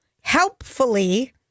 Helpfully